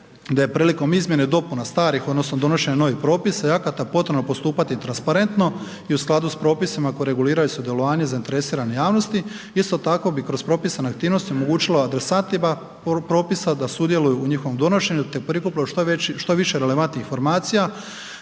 da je prilikom izmjena i dopuna starih, odnosno donošenja novih propisa i akata potrebno postupati transparentno i u skladu sa propisima koji reguliraju sudjelovanje zainteresirane javnosti. Isto tako bi kroz propisane aktivnosti omogućilo adresatima propisa da sudjeluju u njihovom donošenju te prikupe što više relevantnih informacijama